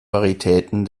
varitäten